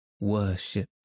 worshipped